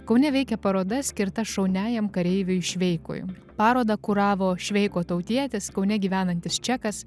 kaune veikia paroda skirta šauniajam kareiviui šveikui parodą kuravo šveiko tautietis kaune gyvenantis čekas